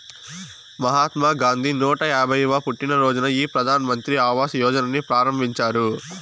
మహాత్మా గాంధీ నూట యాభైయ్యవ పుట్టినరోజున ఈ ప్రధాన్ మంత్రి ఆవాస్ యోజనని ప్రారంభించారు